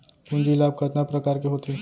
पूंजी लाभ कतना प्रकार के होथे?